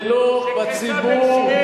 ולא בציבור,